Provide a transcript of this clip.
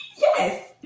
Yes